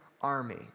army